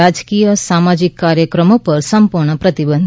રાજકીય સામાજિક કાર્યક્રમો પર સંપૂર્ણ પ્રતિબંધ